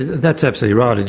that's absolutely right,